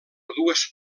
dues